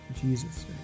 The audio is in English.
Jesus